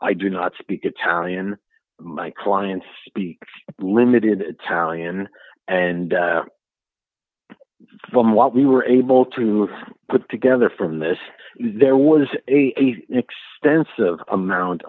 i do not speak italian my clients be limited talian and from what we were able to put together from this there was a extensive amount